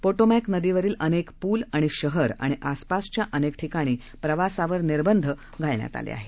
पोटोमक्ति नदीवरील अनेक पूल आणि शहर आणि आसपासच्या अनेक ठिकाणी प्रवासावर निर्बंध घालण्यात आले आहेत